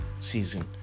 season